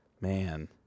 Man